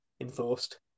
enforced